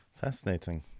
Fascinating